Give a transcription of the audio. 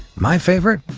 my favorite?